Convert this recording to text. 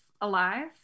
alive